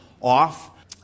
off